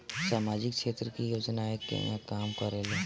सामाजिक क्षेत्र की योजनाएं केगा काम करेले?